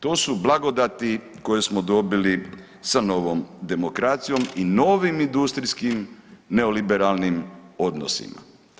To su blagodati koje smo dobili sa novom demokracijom i novim industrijskim neoliberalnim odnosima.